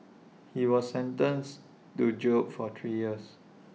he was sentenced to jail for three years